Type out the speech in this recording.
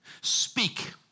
speak